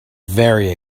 very